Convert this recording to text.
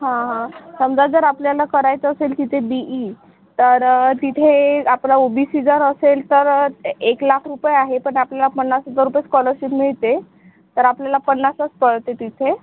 हां हां समजा जर आपल्याला करायचं असेल तिथे बी ई तर तिथे आपला ओ बो सी जर असेल तर ए एक लाख रुपये आहे पण आपल्या पन्नास हजार रुपये स्कॉलरशिप मिळते तर आपल्याला पन्नासच पडते तिथे